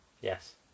Yes